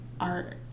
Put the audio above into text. art